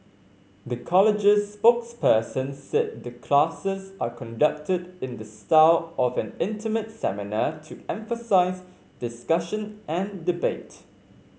the college's spokesperson said the classes are conducted in the style of an intimate seminar to emphasise discussion and debate